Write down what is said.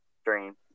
stream